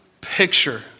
picture